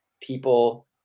People